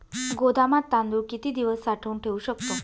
गोदामात तांदूळ किती दिवस साठवून ठेवू शकतो?